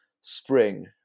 spring